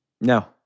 No